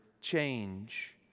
change